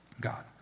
God